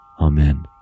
Amen